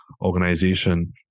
organization